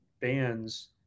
bands